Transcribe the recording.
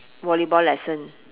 volleyball lesson